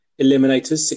Eliminators